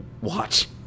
watch